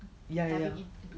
ya ya ya